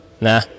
nah